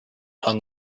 hung